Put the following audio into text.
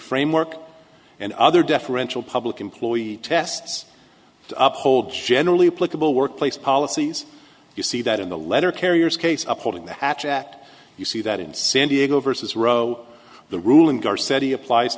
framework and other deferential public employee tests to uphold generally applicable workplace policies you see that in the letter carriers case upholding the hatch act you see that in san diego versus roe the ruling guard said he applies